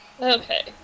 Okay